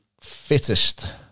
Fittest